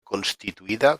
constituïda